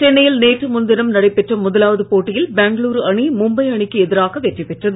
சென்னையில் நேற்று முன் தினம் நடைபெற்ற முதலாவது போட்டியில் பெங்களுரு அணி மும்பை அணிக்கு எதிராக வெற்றி பெற்றது